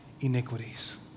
iniquities